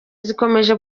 zikomeje